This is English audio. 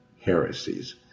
heresies